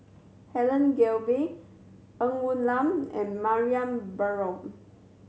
Helen Gilbey Ng Woon Lam and Mariam Baharom